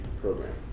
Program